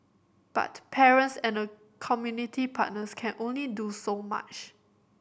but parents and community partners can only do so much